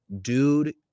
dude